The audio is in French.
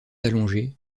allongé